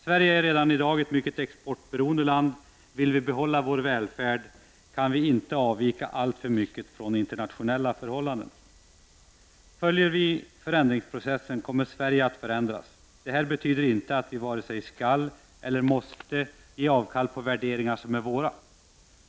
Sverige är redan i dag ett mycket exportberoende land. Vill vi behålla vår välfärd, kan vi inte avvika alltför mycket från internationella förhållanden. Följer vi förändringsprocessen kommer Sverige att förändras. Det här betyder inte att vi vare sig skall eller måste ge avkall på värderingar som är våra.